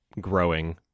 growing